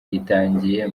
gitangiye